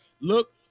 look